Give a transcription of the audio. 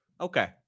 okay